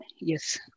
Yes